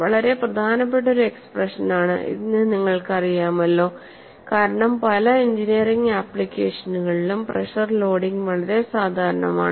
വളരെ പ്രധാനപ്പെട്ട ഒരു എക്സ്പ്രഷൻ ആണ് എന്ന് നിങ്ങൾക്കറിയാമല്ലോ കാരണം പല എഞ്ചിനീയറിംഗ് ആപ്ലിക്കേഷനുകളിലും പ്രെഷർ ലോഡിംഗ് വളരെ സാധാരണമാണ്